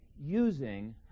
using